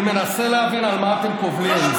אני מנסה להבין על מה אתם קובלים.